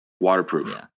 waterproof